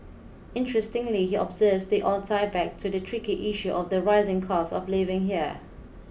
interestingly he observes they all tie back to the tricky issue of the rising cost of living here